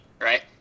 right